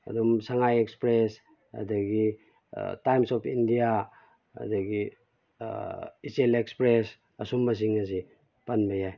ꯑꯗꯨꯝ ꯁꯉꯥꯏ ꯑꯦꯛꯁꯄ꯭ꯔꯦꯁ ꯑꯗꯒꯤ Times of India ꯑꯗꯒꯤ ꯏꯆꯦꯜ ꯑꯦꯛꯁꯄ꯭ꯔꯦꯁ ꯑꯁꯨꯝꯕ ꯁꯤꯡ ꯑꯁꯤ ꯄꯟꯕ ꯌꯥꯏ